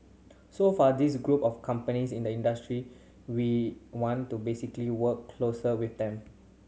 so for these group of companies in the industry we want to basically work closer with them